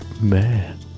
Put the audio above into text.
Man